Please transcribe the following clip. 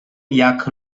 jak